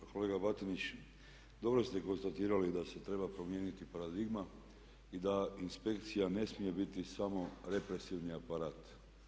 Pa kolega Batinić, dobro ste konstatirali da se treba promijeniti paradigma i da inspekcija ne smije biti samo represivni aparat.